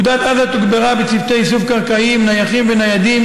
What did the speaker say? אוגדת עזה תוגברה בצוותי איסוף קרקעיים נייחים וניידים,